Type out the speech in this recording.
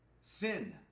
sin